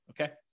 okay